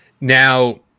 Now